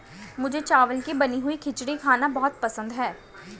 मुझे चावल की बनी हुई खिचड़ी खाना बहुत पसंद है